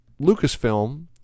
Lucasfilm